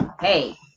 hey